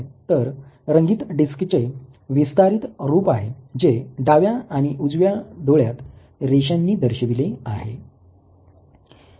तर रंगीत डिस्कचे विस्तारित रूप आहे जे डाव्या आणि उजव्या डोळ्यात रेषांनी दर्शविले आहे